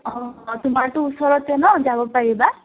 অঁ তোমাৰতো ওচৰতে ন যাব পাৰিবা